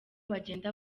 bagenda